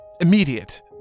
immediate